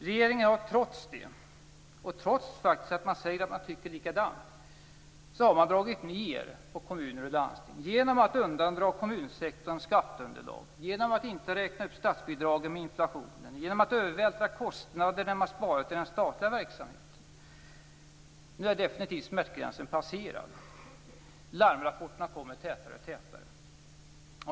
Regeringen har trots det, och trots att man säger sig tycka likadant, dragit ned vad gäller kommuner och landsting genom att undandra kommunsektorn skatteunderlag, genom att inte räkna upp statsbidragen med inflationen och genom att övervältra kostnader när man sparar till den statliga verksamheten. Nu är smärtgränsen definitivt passerad. Larmrapporterna kommer tätare och tätare.